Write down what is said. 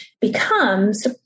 becomes